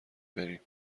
بریم